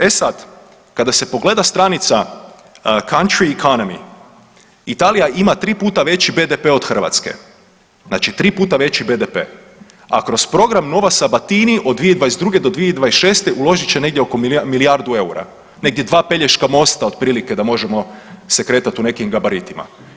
E sad, kada se pogleda stranica country economy Italija ima tri puta veći BDP od Hrvatske, znači tri puta veći BDP, a kroz program Nuova Sabatini od 2022.-2026. uložit će negdje oko milijardu eura, negdje dva Pelješka mosta otprilike da možemo se kretat u nekim gabaritima.